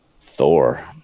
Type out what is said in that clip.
Thor